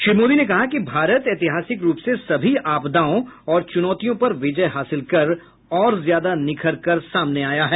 श्री मोदी ने कहा कि भारत ऐतिहासिक रूप से सभी आपदाओं और च्रनौतियों पर विजय हासिल कर और ज्यादा निखरकर सामने आया है